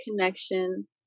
connection